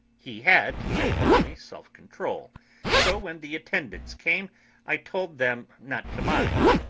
he had evidently self-control so when the attendants came i told them not to mind,